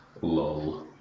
lol